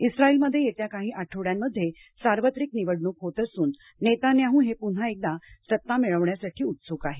इस्राईलमध्ये येत्या काही आठवड्यांमध्ये सार्वत्रिक निवडणूक होत असून नेतान्याहू हे पुन्हा एकदा सत्ता मिळवण्यासाठी उत्सुक आहेत